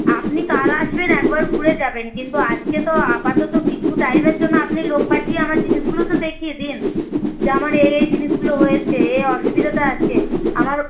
আপনি কাল আসবেন একবার ঘুরে যাবেন কিন্তু আজকে তো আপাতত কিছু টাইমের জন্য আপনি লোক পাঠিয়ে আমার জিনিসগুলো তো দেখিয়ে দিন যে আমার এই এই জিনিসগুলো হয়েছে এ এ অসুবিধাটা আছে আমার